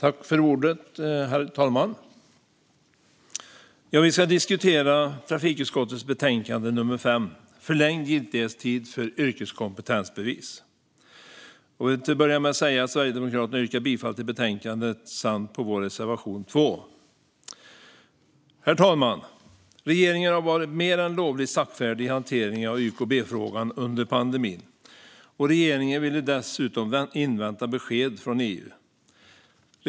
Herr talman! Vi ska diskutera trafikutskottets betänkande 5, Förlängd giltighetstid för yrkeskompetensbevis . Jag vill till att börja med säga att Sverigedemokraterna yrkar bifall till förslaget i betänkandet och till vår reservation 2. Herr talman! Regeringen har varit mer än lovligt saktfärdig i hanteringen av YKB-frågan under pandemin, och regeringen ville dessutom invänta besked från EU.